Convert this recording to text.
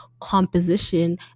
composition